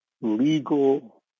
legal